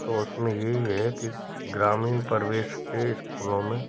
तो उसमें यही है कि ग्रामीण परिवेश के स्कूलों में